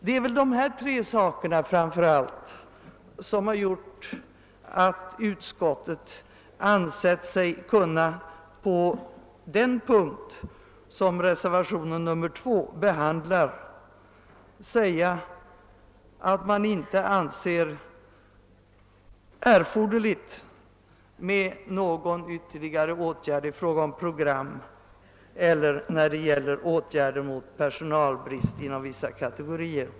Det är väl framför allt dessa tre saker som gjort att utskottet på den punkt reservationen 2 behandlar ansett sig kunna säga att det inte är erforderligt med någon ytterligare åtgärd i fråga om program eller åtgärder mot personalbrist då det gäller vissa kategorier.